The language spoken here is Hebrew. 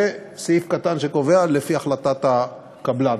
ויש סעיף קטן שקובע: לפי החלטת הקבלן.